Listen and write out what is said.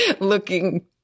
looking